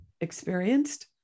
experienced